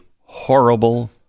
horrible